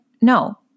no